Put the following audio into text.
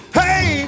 hey